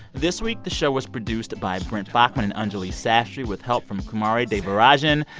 this week, the show was produced by brent baughman and anjuli sastry, with help from kumari devarajan.